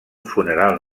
funeral